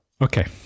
Okay